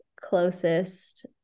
closest